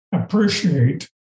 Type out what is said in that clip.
appreciate